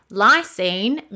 lysine